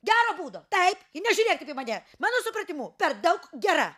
gero būdo taip ir nežiūrėkit į mane mano supratimu per daug gera